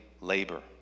labor